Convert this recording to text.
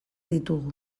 ditugu